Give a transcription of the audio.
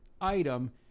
item